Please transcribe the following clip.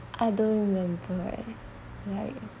I don't remember leh like